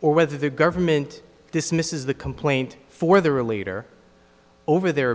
or whether the government dismisses the complaint for the relator over their